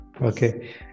Okay